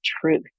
truth